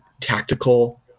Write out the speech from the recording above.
tactical